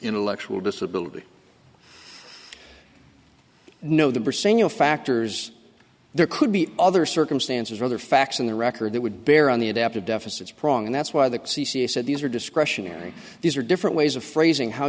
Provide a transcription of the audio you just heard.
intellectual disability no the percent factors there could be other circumstances or other facts in the record that would bear on the adaptive deficit's prong and that's why the c c a said these are discretionary these are different ways of phrasing how